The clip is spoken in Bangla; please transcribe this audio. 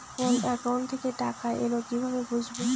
কোন একাউন্ট থেকে টাকা এল কিভাবে বুঝব?